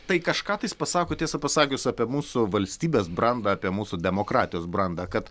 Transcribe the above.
tai kažką pasako tiesą pasakius apie mūsų valstybės brandą apie mūsų demokratijos brandą kad